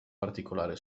particolare